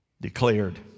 declared